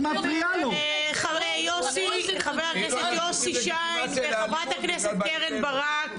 חבר הכנסת יוסי שיין וחברת הכנסת קרן ברק,